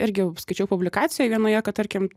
irgi skaičiau publikacijoj vienoje kad tarkim